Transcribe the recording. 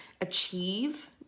achieve